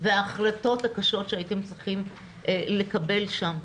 וההחלטות הקשות שהייתם צריכים לקבל שם,